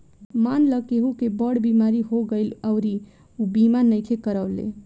मानल केहु के बड़ बीमारी हो गईल अउरी ऊ बीमा नइखे करवले